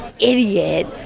idiot